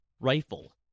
rifle